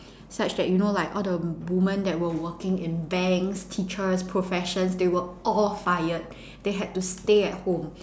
such that you know like all the women that were working in banks teachers professions they were all fired they had to stay at home